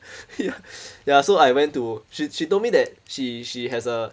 ya ya so I went to she she told me that she she has a